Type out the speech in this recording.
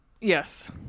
Yes